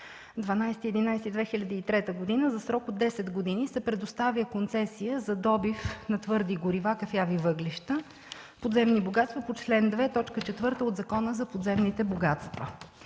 2003 г., за срок от 10 години се предоставя концесия за добив на твърди горива – кафяви въглища, подземни богатства по чл. 2, т. 4 от Закона за подземните богатства.